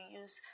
use